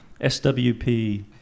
SWP